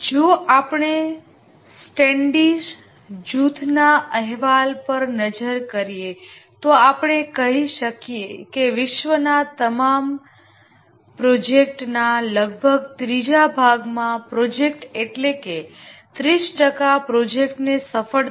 જો આપણે સ્ટેન્ડિશ જૂથના અહેવાલ પર નજર કરીએ તો આપણે કહી શકીએ કે વિશ્વભરના તમામ પ્રોજેક્ટ્ના લગભગ ત્રીજા ભાગના પ્રોજેક્ટ એટલે કે 30 ટકા પ્રોજેક્ટ્સને સફળતા